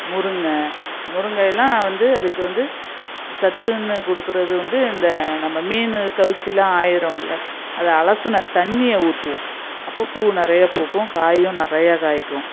முருங்கை முருங்கைலாம் வந்து அதுக்கு வந்து சத்துன்னு கொடுக்குறது வந்து இந்த நம்ம மீன் கவுச்சிலாம் ஆயிறோம்ல அதை அலசின தண்ணியை ஊற்றுவோம் அப்போ பூ நிறைய பூக்கும் காயும் நிறைய காய்க்கும்